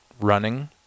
running